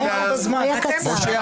תודה רבה, חבר הכנסת סעדה.